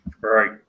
Right